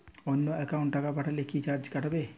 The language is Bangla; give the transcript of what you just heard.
অন্য একাউন্টে টাকা পাঠালে কি চার্জ কাটবে?